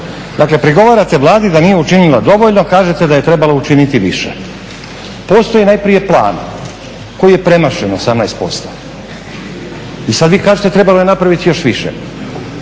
Dakle, prigovarate Vladi da nije učinila dovoljno, kažete da je trebala učiniti više. Postoji najprije plan koji je premašen 18%. I sad vi kažete trebalo je napraviti još više.